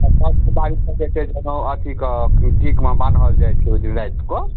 तकर पूजा जे छै जहन ओ अथी कऽ टीक मे बान्हल जाइ छै ओ जे राति कऽ